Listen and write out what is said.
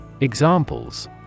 Examples